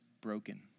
broken